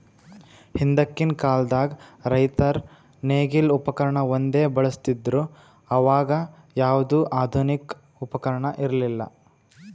ಹಿಂದಕ್ಕಿನ್ ಕಾಲದಾಗ್ ರೈತರ್ ನೇಗಿಲ್ ಉಪಕರ್ಣ ಒಂದೇ ಬಳಸ್ತಿದ್ರು ಅವಾಗ ಯಾವ್ದು ಆಧುನಿಕ್ ಉಪಕರ್ಣ ಇರ್ಲಿಲ್ಲಾ